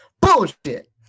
Bullshit